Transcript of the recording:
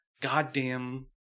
goddamn